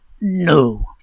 No